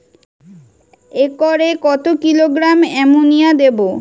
একরে কত kilogram ammonia দেবো?